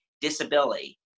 disability